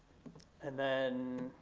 and then